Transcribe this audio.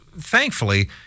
thankfully